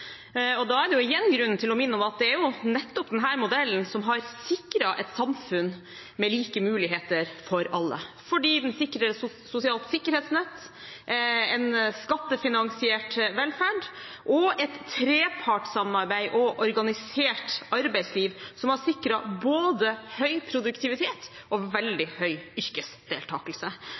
folk. Da er det igjen grunn til å minne om at det er nettopp denne modellen som har sikret et samfunn med like muligheter for alle, fordi den sikrer et sosialt sikkerhetsnett, en skattefinansiert velferd og et trepartssamarbeid og organisert arbeidsliv som har sikret både høy produktivitet og veldig høy yrkesdeltakelse.